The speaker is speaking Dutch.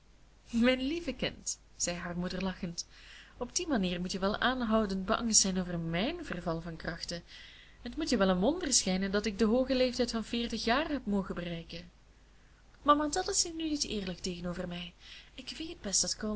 mijn lieve kind zei haar moeder lachend op die manier moet je wel aanhoudend beangst zijn over mijn verval van krachten en t moet je wel een wonder schijnen dat ik den hoogen leeftijd van veertig jaren heb mogen bereiken mama dat is nu niet eerlijk tegenover mij ik weet best dat